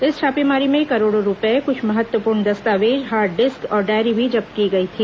इस छापेमारी में करोड़ों रुपये कुछ महत्वपूर्ण दस्तावेज हार्ड डिस्क और डायरी भी जब्त की गई थी